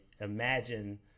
imagine